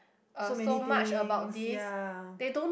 so many things ya